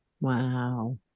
Wow